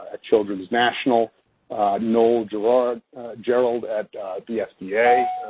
at children's national noel gerald gerald at the fda, yeah